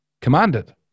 commanded